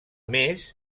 més